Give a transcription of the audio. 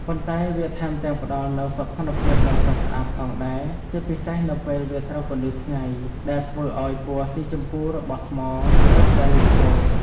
ប៉ុន្តែវាថែមទាំងផ្តល់នូវ សោភ័ណភាពដ៏ស្រស់ស្អាត ផងដែរ ជាពិសេសនៅពេលវាត្រូវពន្លឺថ្ងៃ ដែលធ្វើឱ្យពណ៌ស៊ីជម្ពូរបស់ថ្មរឹតតែលេចធ្លោ។